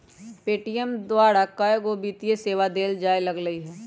Paytm द्वारा कएगो वित्तीय सेवा देल जाय लगलई ह